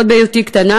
עוד בהיותי קטנה,